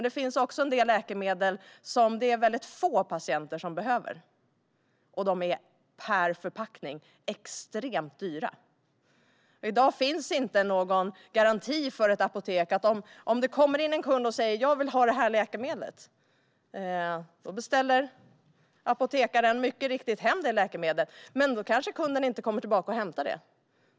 Det finns också en del läkemedel som det är väldigt få patienter som behöver. De är per förpackning extremt dyra. I dag finns inte någon garanti för ett apotek. Om det kommer in en kund och säger: Jag vill ha det här läkemedlet beställer apotekaren mycket riktigt hem det läkemedlet. Men då kanske kunden inte kommer tillbaka och hämtar det.